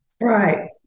Right